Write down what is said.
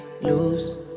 lose